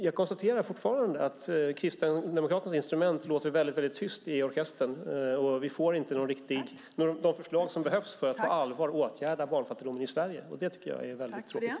Jag konstaterar fortfarande att Kristdemokraternas instrument låter väldigt tyst i orkestern. Vi får inte de förslag som behövs för att på allvar åtgärda barnfattigdomen i Sverige, och det tycker jag är tråkigt.